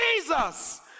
Jesus